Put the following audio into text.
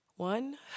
One